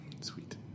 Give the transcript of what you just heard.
Sweet